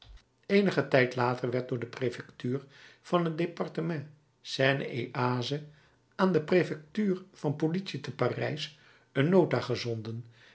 eenigen tijd later werd door de prefectuur van het departement seine en oise aan de prefectuur van politie te parijs een nota gezonden